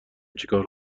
چیکار